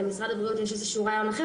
למשרד הבריאות יש איזשהו רעיון אחר.